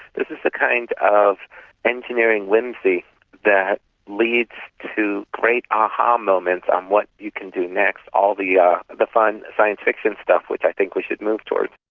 this is the kind of engineering whimsy that leads to great ah a-ha um moments on what you can do next, all the yeah the fun science-fiction stuff which i think we should move towards.